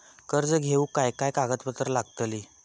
कर्ज घेऊक काय काय कागदपत्र लागतली?